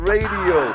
Radio